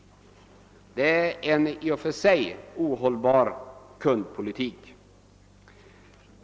Det är en i och för sig ohållbar kundpolitik.